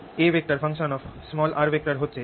A হচ্ছে nMr